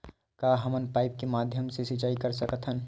का हमन पाइप के माध्यम से सिंचाई कर सकथन?